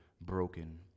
broken